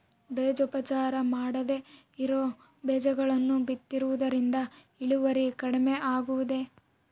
ಬೇಜೋಪಚಾರ ಮಾಡದೇ ಇರೋ ಬೇಜಗಳನ್ನು ಬಿತ್ತುವುದರಿಂದ ಇಳುವರಿ ಕಡಿಮೆ ಆಗುವುದೇ?